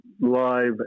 live